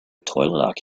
toilet